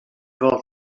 val